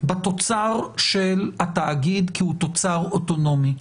בתוצר של התאגיד כי הוא תוצר אוטונומי.